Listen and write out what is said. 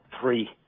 three